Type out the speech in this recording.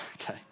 Okay